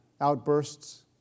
outbursts